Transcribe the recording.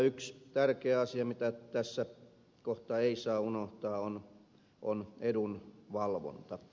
yksi tärkeä asia mitä tässä kohtaa ei saa unohtaa on edunvalvonta